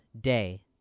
day